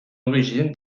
origine